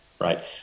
right